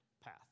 Path